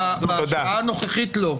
בשעה הנוכחית, לא.